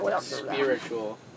Spiritual